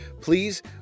please